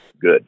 good